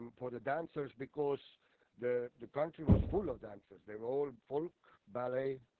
um for the dancers, because the the country was full of dancers. they were all folk, ballet,